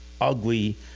Ugly